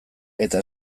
eta